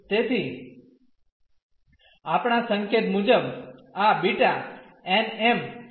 તેથી આપણા સંકેત મુજબ આ B n m છે